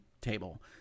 table